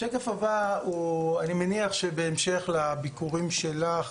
השקף הבא הוא אני מניח שבהמשך לביקורים שלך